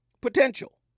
Potential